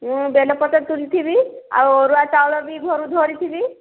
ମୁଁ ବେଲ ପତର ତୁଲଥିବି ଆଉ ଅରୁଆ ଚାଉଳ ବି ଘରୁ ଧରିଥିବି